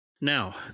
Now